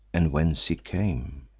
and whence he came.